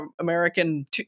American